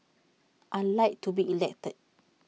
I Like to be elected